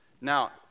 Now